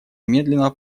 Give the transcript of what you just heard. немедленно